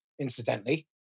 incidentally